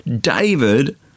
David